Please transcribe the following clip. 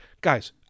guys